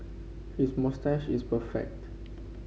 his moustache is perfect